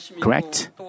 correct